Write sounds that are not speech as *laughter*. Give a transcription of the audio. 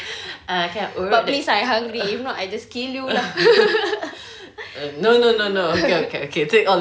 but please I hungry if not I just kill you lah *laughs*